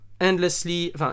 endlessly